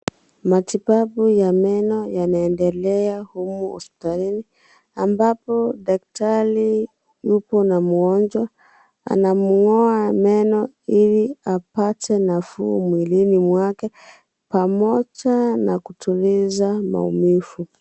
Matibabau ya meno yanaendelea humu hospitalini ambapo daktari yupo na mgonjwa anamng'oa meno ili apate nafuu mwilini mwake pamoja na kutuliza maumivu .